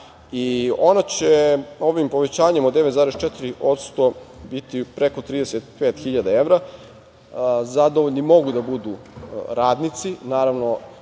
Ona će ovim povećanjem od 9,4% biti preko 35.000 dinara. Zadovoljni mogu da budu radnici. Naravno,